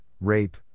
rape